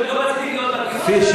אני לא רציתי להיות בדיון הזה, אתה חושב?